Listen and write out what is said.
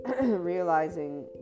realizing